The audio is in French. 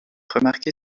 remarqué